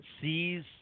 sees